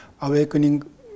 awakening